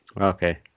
Okay